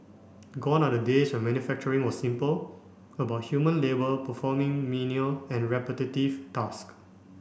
gone are the days when manufacturing was simple about human labour performing menial and repetitive tasks